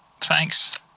Thanks